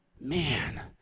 Man